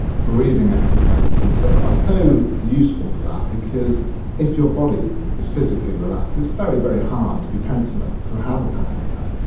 breathing exercises and stuff are ah so useful for that, because if your body is physically relaxed it's very, very hard to be tense enough to have a panic attack.